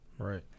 right